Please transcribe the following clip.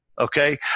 okay